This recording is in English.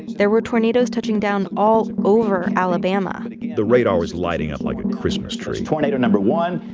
there were tornadoes touching down all over alabama the radar was lighting up like a christmas tree tornado number one,